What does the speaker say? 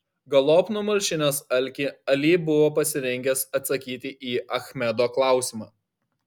galop numalšinęs alkį ali buvo pasirengęs atsakyti į achmedo klausimą